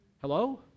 Hello